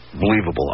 believable